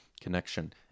connection